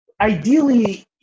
ideally